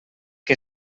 que